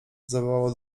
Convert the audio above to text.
zawołał